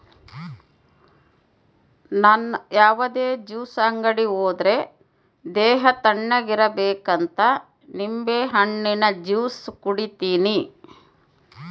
ನನ್ ಯಾವುದೇ ಜ್ಯೂಸ್ ಅಂಗಡಿ ಹೋದ್ರೆ ದೇಹ ತಣ್ಣುಗಿರಬೇಕಂತ ನಿಂಬೆಹಣ್ಣಿನ ಜ್ಯೂಸೆ ಕುಡೀತೀನಿ